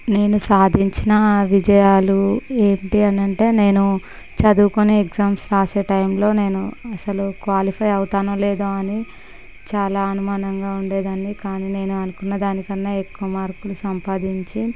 నేను సాధించిన విజయాలు ఏమిటి అనంటే నేను చదువుకుని ఎగ్జామ్స్ రాసే టైంలో నేను అస్సలు క్వాలిఫై అవుతానో లేదో అని చాలా అనుమానంగా ఉండేదానిని కానీ నేను అనుకున్నదానికన్నా ఎక్కువ మార్కులు సంపాదించి